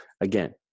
again